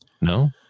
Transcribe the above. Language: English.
No